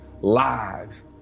lives